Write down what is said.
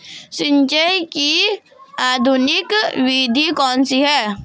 सिंचाई की आधुनिक विधि कौनसी हैं?